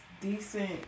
decent